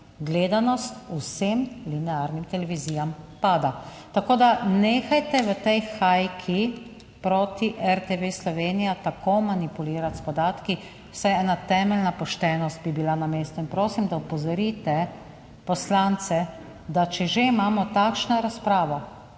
gledanost vsem linearnim televizijam pada. Tako, da nehajte v tej hajki proti RTV Slovenija tako manipulirati s podatki. Vsaj ena temeljna poštenost bi bila na mestu. In prosim, da opozorite poslance, da če že imamo takšno razpravo